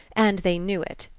and they knew it,